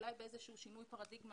אולי באיזשהו שינוי פרדיגמה,